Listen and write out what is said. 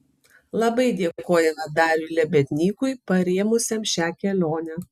labai dėkojame dariui lebednykui parėmusiam šią kelionę